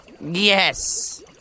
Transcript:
Yes